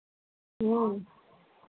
ह्म्म